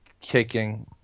kicking